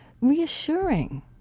reassuring